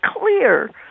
clear